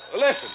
listen